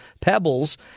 Pebbles